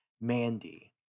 Mandy